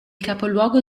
capoluogo